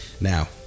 now